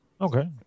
okay